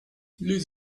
les